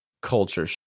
culture